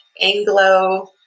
Anglo